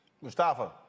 Mustafa